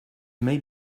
may